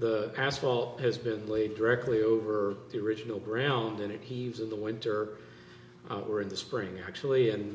the asphalt has been laid directly over the original ground in it he was in the winter we're in the spring actually and